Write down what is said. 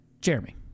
jeremy